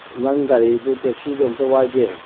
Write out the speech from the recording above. ꯅꯪ ꯒꯥꯔꯤꯗꯨ ꯇꯦꯛꯁꯤꯗꯣ ꯑꯝꯇ ꯋꯥꯏꯒꯦ